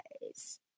guys